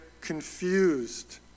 confused